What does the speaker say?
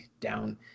down